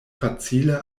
facile